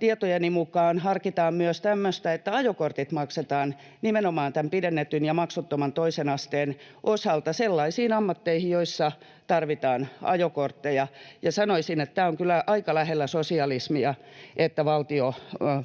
tietojeni mukaan harkitaan myös tämmöistä, että ajokortit maksetaan nimenomaan tämän pidennetyn ja maksuttoman toisen asteen osalta sellaisiin ammatteihin, joissa tarvitaan ajokortteja. Sanoisin, että tämä on kyllä aika lähellä sosialismia, että valtio